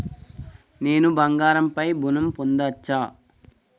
నేను బంగారం పై ఋణం పొందచ్చా?